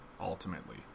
ultimately